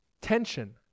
tension